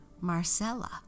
Marcella